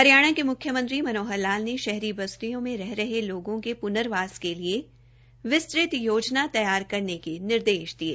हरियाणा के म्ख्यमंत्री मनोहर लाल ने शहरी बस्तियों में रह रहे लोगों के प्नर्वास के लिए विस्तृत योजना तैयार करने के निर्देश दिये